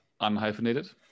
unhyphenated